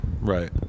Right